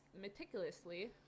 meticulously